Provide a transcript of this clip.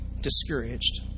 discouraged